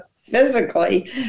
physically